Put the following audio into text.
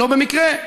לא במקרה,